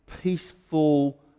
peaceful